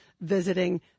visiting